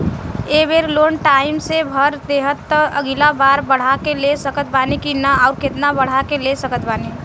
ए बेर loan time से भर देहम त अगिला बार बढ़ा के ले सकत बानी की न आउर केतना बढ़ा के ले सकत बानी?